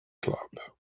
club